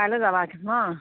কাইলৈ যাবাগৈ ন